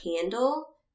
handle